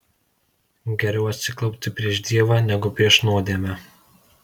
geriau atsiklaupti prieš dievą negu prieš nuodėmę